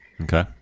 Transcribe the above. Okay